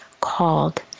called